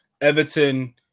Everton